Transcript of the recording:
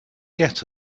get